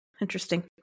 interesting